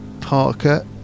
Parker